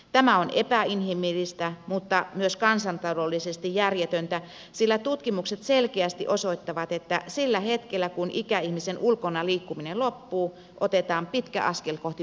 tämä on epäinhimillistä mutta myös kansantaloudellisesti järjetöntä sillä tutkimukset selkeästi osoittavat että sillä hetkellä kun ikäihmisen ulkona liikkuminen loppuu otetaan pitkä askel kohti pysyvää laitoshoitoa